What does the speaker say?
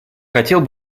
хотел